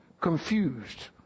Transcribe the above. Confused